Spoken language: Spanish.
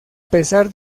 pesar